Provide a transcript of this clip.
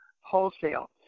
wholesale